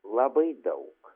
labai daug